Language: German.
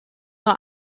nur